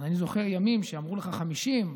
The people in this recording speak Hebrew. ואני זוכר ימים שאמרו לך 50,